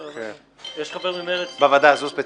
יש חבר ממרצ בוועדה הזאת?